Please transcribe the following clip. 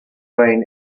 drain